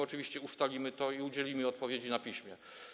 Oczywiście ustalimy to i udzielimy odpowiedzi na piśmie.